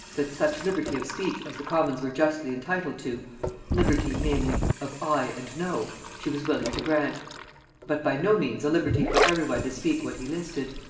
that such liberty of speech as the commons were justly entitled to liberty, namely, of aye and no she was willing to grant but by no means a liberty for every one to speak what he listed.